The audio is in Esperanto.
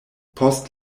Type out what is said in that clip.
post